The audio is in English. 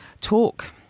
talk